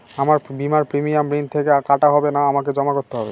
আমার বিমার প্রিমিয়াম ঋণ থেকে কাটা হবে না আমাকে জমা করতে হবে?